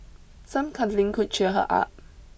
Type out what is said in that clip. some cuddling could cheer her up